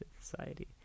society